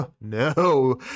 no